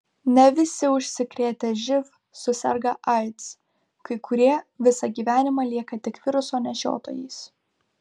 ne visi užsikrėtę živ suserga aids kai kurie visą gyvenimą lieka tik viruso nešiotojais